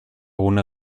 gune